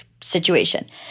situation